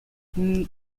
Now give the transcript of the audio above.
non